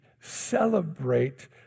celebrate